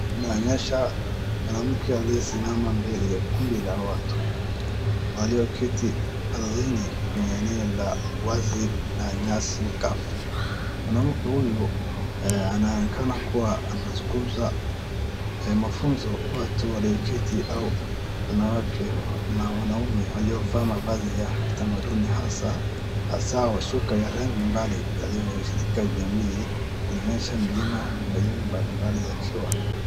Unaonyesha mwanamke aliyesimama mbele ya kundi la watu walioketi ardhini kwenye eneo la wazi na nyasi kafu. Mwanamke huyo, eh, anaonekana kuwa anazungumza, eh, mafunzo watu walioketi au wanawake na wanaume waliovaa mavazi ya kitamaduni hasa, hasa wa shuka ya rangi mbali, yaliyoshirika jamii zinaonyesha milima, milima mbalimbali za chua.